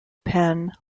penn